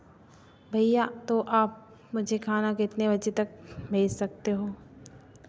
भैया तो आप मुझे खाना कितने बजे तक भेज सकते हो